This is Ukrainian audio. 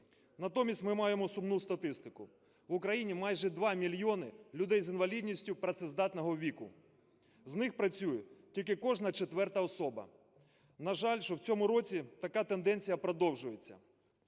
Натомість ми маємо сумну статистику: в Україні майже два мільйони людей з інвалідністю працездатного віку. З них працює тільки кожна четверта особа. На жаль, що в цьому році така тенденція продовжується.